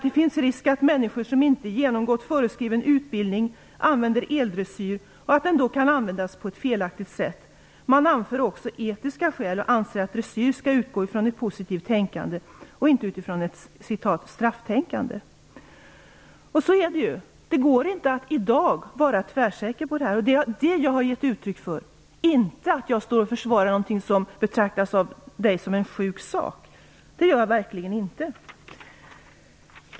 Det finns risk att människor som inte genomgått föreskriven utbildning använder eldressyr och att den då kan användas på ett felaktigt sätt. Man anför också etiska skäl och anför att dressyr skall utgå från ett positivt tänkande och inte utifrån ett "strafftänkande". Så är det ju. Det går inte att i dag vara tvärsäker. Det är det som jag har gett uttryck för, inte att jag försvarar någonting som betraktas av Gudrun Lindvall som en sjuk sak. Det gör jag verkligen inte.